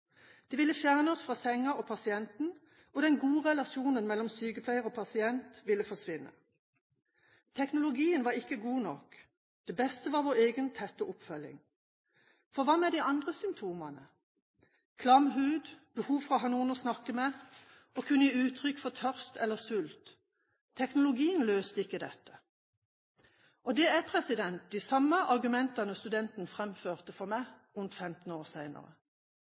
ville fjerne oss fra sengen og pasienten, og den gode relasjonen mellom sykepleier og pasient ville forsvinne. Teknologien var ikke god nok. Det beste var vår egen tette oppfølging. For hva med de andre symptomene, som klam hud, behov for å ha noen å snakke med, å kunne gi uttrykk for tørst eller sult? Teknologien løste ikke dette. Det er de samme argumentene studentene framførte for meg rundt femten år